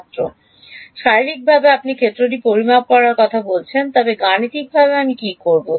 আসলভাবে আপনি ক্ষেত্রটি পরিমাপ করার কথা বলছেন তবে গাণিতিকভাবে আমি কী করব